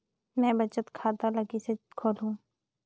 मैं बचत खाता ल किसे खोलूं?